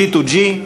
G2G,